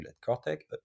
cortex